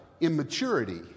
immaturity